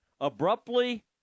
abruptly